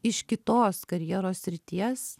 iš kitos karjeros srities